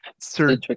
Sir